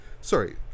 sorry